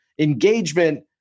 engagement